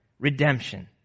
Redemption